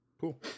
Cool